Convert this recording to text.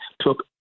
took